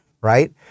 right